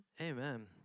amen